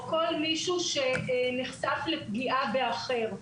או כל מי שנחשף לפגיעה באחר.